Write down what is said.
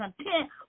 content